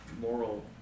moral